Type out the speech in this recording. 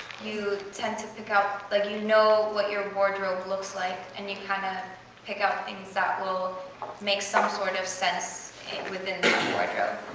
you tend to pick up like, you know what your wardrobe looks like, and you kind of pick out things that will make some sort of sense and within your wardrobe.